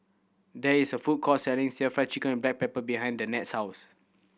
there is a food court selling still Fried Chicken with black pepper behind Danette's house